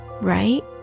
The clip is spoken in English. Right